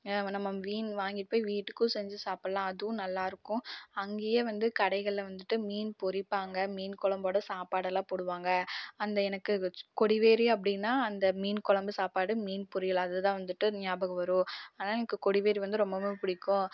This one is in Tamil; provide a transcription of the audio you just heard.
ஏன்னா நம்ம மீன் வாங்கிட்டு போய் வீட்டுக்கும் செஞ்சு சாப்புடலாம் அதுவும் நல்லா இருக்கும் அங்கேயே வந்து கடைகள்ல வந்துட்டு மீன் பொரிப்பாங்கள் மீன் குழம்போட சாப்பாடெல்லாம் போடுவாங்கள் அந்த எனக்கு கொடிவேரி அப்படின்னா அந்த மீன் குழம்பு சாப்பாடு மீன் பொரியல் அது தான் வந்துட்டு ஞாபகம் வரும் அதனால் எனக்கு கொடிவேரி வந்து ரொம்பவும் பிடிக்கும்